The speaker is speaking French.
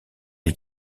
les